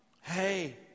Hey